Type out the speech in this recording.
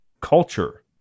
culture